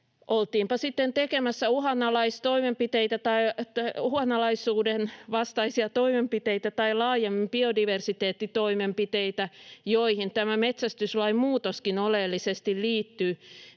sitten tekemässä uhanalaisuuden vastaisia toimenpiteitä tai laajemmin biodiversiteettitoimenpiteitä, joihin tämä metsästyslain muutoskin oleellisesti liittyy,